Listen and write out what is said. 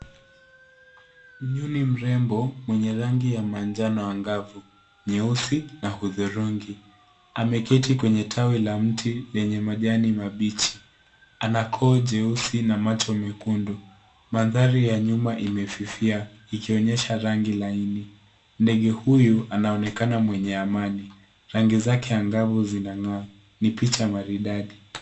Nyoni mrembo mwenye rangi ya manjano angavu nyeusi na hudhurungi, ameketi kwenye tawi la mti lenye majani mabichi ana koo jeusi na macho mekundu. Mandhari ya nyuma imefifia ikionyesha rangi laini. Ndege huyu anaonekana mwenye amani rangi zake angavu zinang'aa. Ni picha maridadi.